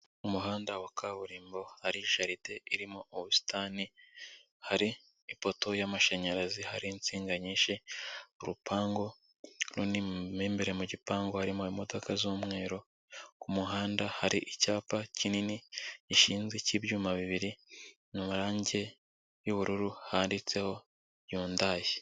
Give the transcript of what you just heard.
Mu muhanda wa kaburimbo hari jaride irimo ubusitani, hari ipoto y'amashanyarazi, hari insinga nyinshi, urupangu runini, mu imbere mu gipangu harimo imodoka z'umweru, ku muhanda hari icyapa kinini gishinzwe cy'ibyuma bibiri, amarangi yu'bururu handitseho Yundayi.